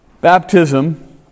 Baptism